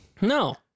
No